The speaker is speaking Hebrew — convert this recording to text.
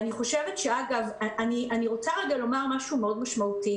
אני רוצה לומר משהו מאוד משמעותי